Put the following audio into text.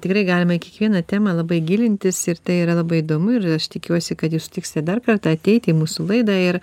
tikrai galima į kiekvieną temą labai gilintis ir tai yra labai įdomu ir aš tikiuosi kad jūs dar kartą ateiti į mūsų laidą ir